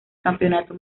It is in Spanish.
campeonato